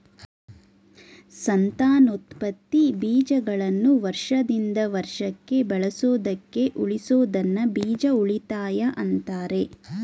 ಸಂತಾನೋತ್ಪತ್ತಿ ಬೀಜಗಳನ್ನು ವರ್ಷದಿಂದ ವರ್ಷಕ್ಕೆ ಬಳಸೋದಕ್ಕೆ ಉಳಿಸೋದನ್ನ ಬೀಜ ಉಳಿತಾಯ ಅಂತಾರೆ